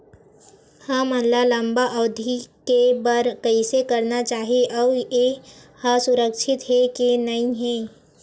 हमन ला लंबा अवधि के बर कइसे करना चाही अउ ये हा सुरक्षित हे के नई हे?